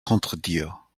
contredire